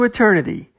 Eternity